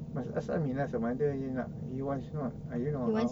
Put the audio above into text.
must ask amin lah sama ada he wants or not you know how